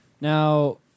now